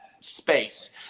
space